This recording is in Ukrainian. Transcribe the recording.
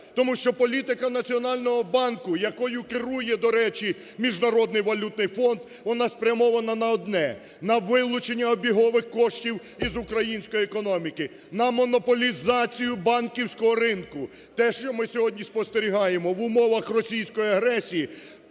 Тому що політика Національного банку, якою керує, до речі, Міжнародний валютний фонд, вона спрямована на одне – на вилучення обігових коштів із української економіки, на монополізацію банківського ринку те, що ми сьогодні спостерігаємо в умовах російської агресії